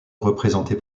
représentée